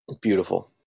Beautiful